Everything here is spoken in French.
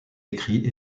écrits